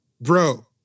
bro